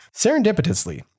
Serendipitously